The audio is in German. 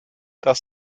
das